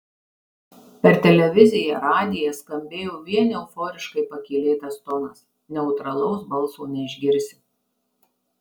per televiziją radiją skambėjo vien euforiškai pakylėtas tonas neutralaus balso neišgirsi